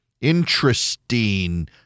Interesting